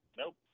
nope